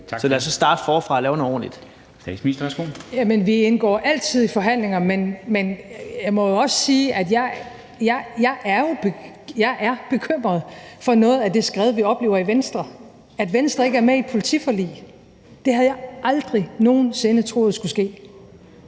23:18 Statsministeren (Mette Frederiksen): Vi indgår altid i forhandlinger, men jeg må jo også sige, at jeg er bekymret for noget af det skred, vi oplever i Venstre. At Venstre ikke er med i et politiforlig, havde jeg aldrig nogen sinde troet skulle ske